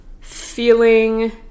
feeling